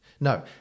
No